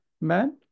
man